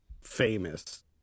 famous